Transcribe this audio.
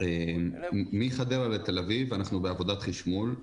מחדרה לתל-אביב אנחנו בעבודת חישמול.